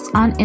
on